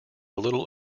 little